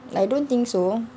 I don't think so